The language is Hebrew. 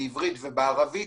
בעברית וערבית,